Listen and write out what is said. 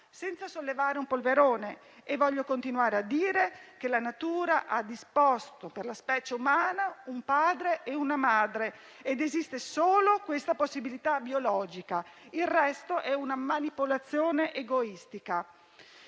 senza sollevare un polverone, e voglio continuare a dire che la natura ha disposto per la specie umana un padre e una madre e che esiste solo questa possibilità biologica. Il resto è una manipolazione egoistica.